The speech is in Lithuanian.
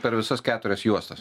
per visas keturias juostas